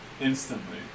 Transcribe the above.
instantly